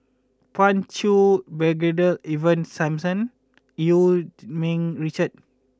Pan Cheng Brigadier Ivan Simson Eu Yee Ming Richard